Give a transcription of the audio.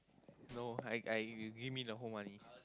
no I I give me the whole money